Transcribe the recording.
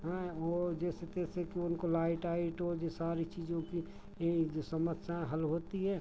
हैं और जैसे तैसे कि उनको लाइट आई तो ये सारी चीज़ों की एक जो समस्याएँ हल होती है